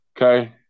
Okay